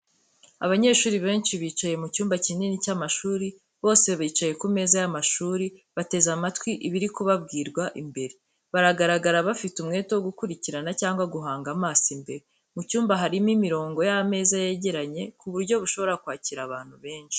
Abanyeshuri benshi bicaye mu cyumba kinini cy’amashuri. Bose bicaye ku meza y’amashuri, bateze amatwi ibiri kubabwirwa imbere. Bagaragara bafite umwete wo gukurikirana cyangwa guhanga amaso imbere. Mu cyumba harimo imirongo y’ameza yegeranye ku buryo bushobora kwakira abantu benshi.